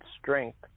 strength